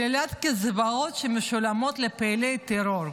כותרת: שלילת קצבאות שמשולמות לפעילי טרור.